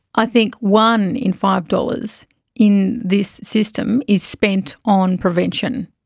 i think one in five dollars in this system is spent on prevention.